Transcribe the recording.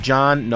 John